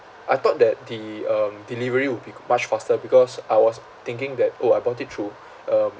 I thought that the um delivery will be much faster because I was thinking that orh I bought it through um